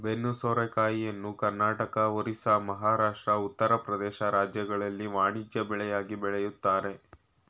ಬೆನ್ನು ಸೋರೆಕಾಯಿಯನ್ನು ಕರ್ನಾಟಕ, ಒರಿಸ್ಸಾ, ಮಹಾರಾಷ್ಟ್ರ, ಉತ್ತರ ಪ್ರದೇಶ ರಾಜ್ಯಗಳಲ್ಲಿ ವಾಣಿಜ್ಯ ಬೆಳೆಯಾಗಿ ಬೆಳಿತರೆ